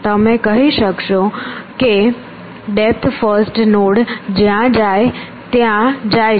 તમે કહી શકો છો કે ડેપ્થ ફર્સ્ટ નોડ જ્યાં જાય ત્યાં જાય છે